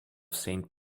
saint